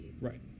Right